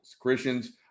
Christians